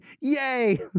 yay